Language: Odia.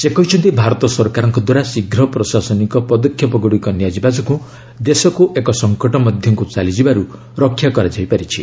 ସେ କହିଛନ୍ତି ଭାରତ ସରକାରଙ୍କ ଦ୍ୱାରା ଶୀଘ୍ର ପ୍ରଶାସନିକ ପଦକ୍ଷେପଗୁଡ଼ିକ ନିଆଯିବା ଯୋଗୁଁ ଦେଶକୁ ଏକ ସଙ୍କଟମଧ୍ୟକୁ ଚାଲିଯିବାରୁ ରକ୍ଷା କରାଯାଇ ପାରିଛି